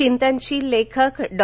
चिंतनशील लेखक डॉ